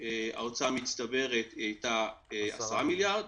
ההוצאה המצטברת הייתה 10 מיליארד.